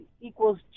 equals